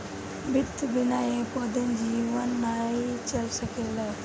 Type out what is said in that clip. वित्त बिना एको दिन जीवन नाइ चल सकेला